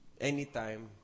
anytime